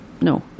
no